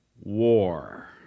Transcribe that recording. war